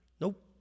nope